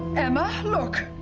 emma, look!